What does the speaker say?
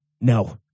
No